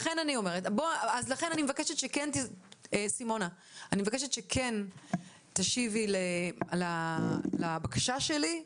אז לכן אני מבקשת, סימונה, שכן תשיבי לבקשה שלי.